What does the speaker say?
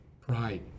Pride